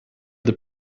the